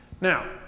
Now